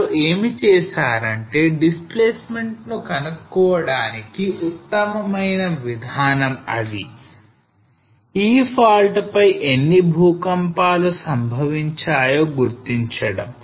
వారు ఏమి చేశారు అంటే displacement ను కనుక్కోవడాని ఉత్తమమైన విధానం అది ఈ fault పై ఎన్ని భూకంపాలు సంభవించాయో గుర్తించడం